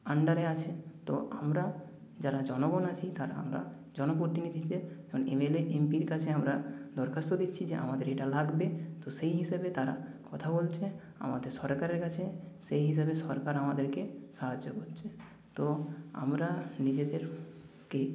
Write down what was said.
আণ্ডারে আছে তো আমরা যারা জনগণ আছি তারা আমরা জনপ্রতিনিধিদের যেমন এমএলএ এমপির কাছে আমরা দরখাস্ত দিচ্ছি যে আমাদের এটা লাগবে তো সেই হিসেবে তারা কথা বলছে আমাদের সরকারের কাছে সেই হিসেবে সরকার আমাদেরকে সাহায্য করছে তো আমরা নিজেদেরকে